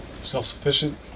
self-sufficient